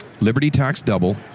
LibertyTaxDouble